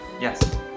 Yes